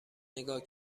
نگاه